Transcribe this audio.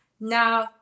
now